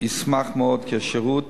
ישמח מאוד שהשירות